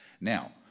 Now